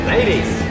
Ladies